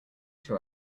two